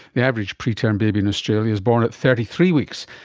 the average preterm baby in australia is born at thirty three weeks,